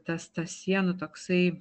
tas tas sienų toksai